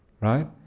Right